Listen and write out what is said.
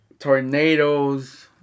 Tornadoes